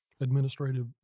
administrative